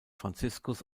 franziskus